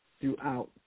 throughout